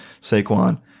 Saquon